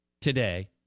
today